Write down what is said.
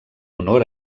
honor